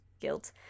guilt